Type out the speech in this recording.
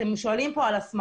אתם שואלים פה על הסמכה,